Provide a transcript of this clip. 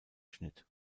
schnitt